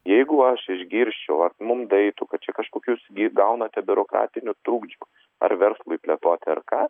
jeigu aš išgirsčiau ar mum daeitų kad čia kažkokius gi gaunate biurokratinių trukdžių ar verslui plėtoti ar ką